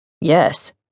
Yes